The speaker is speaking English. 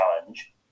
challenge